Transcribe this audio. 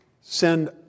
Send